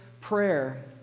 prayer